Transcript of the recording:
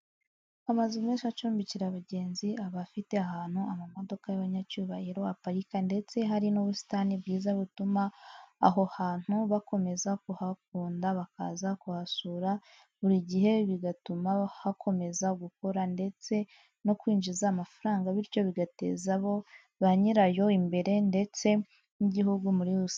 Amazu menshi acumbikira abagenzi aba afite ahantu amamodoka y'abanyacyubahiro aparika ndetse hari n'ubusitani bwiza butuma aho hantu bakomeza kuhakunda bakaza kuhasura buri gihe bigatuma hakomeza gukora ndetse no kwinjiza amafaranga bityo bigateza ba nyiraho imbere ndetse n'igihugu muri rusange.